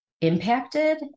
impacted